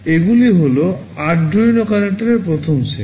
এগুলি হল আরডুইনো সংযোজকপ্রথম সেট